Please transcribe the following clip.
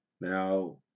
Now